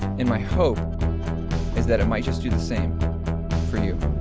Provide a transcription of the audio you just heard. and my hope is that it might just do the same for you.